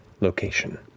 location